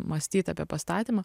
mąstyt apie pastatymą